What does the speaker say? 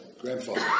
grandfather